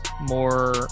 more